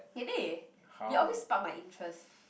really you always spark my interest